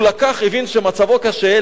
הוא הבין שמצבו קשה,